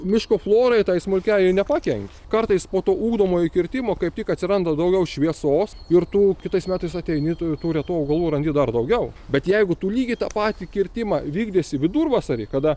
miško florai tai smulkiajai nepakenki kartais po to ugdomojo kirtimo kaip tik atsiranda daugiau šviesos ir tu kitais metais ateini tu tų retų augalų randi dar daugiau bet jeigu tu lygiai tą patį kirtimą vykdysi vidurvasarį kada